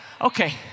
okay